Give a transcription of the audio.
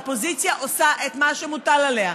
האופוזיציה עושה את מה שמוטל עליה,